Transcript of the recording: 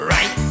Right